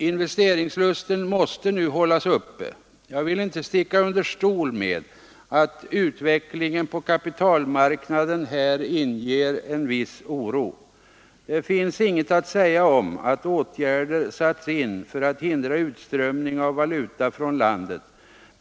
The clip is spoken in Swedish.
Investeringslusten måste nu hållas uppe. Jag vill inte sticka under stol med att utvecklingen på kapitalmarknaden inger viss oro. Det finns inget att säga om att åtgärder satts in för att hindra utströmning av valuta från landet.